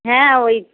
হ্যাঁ ওই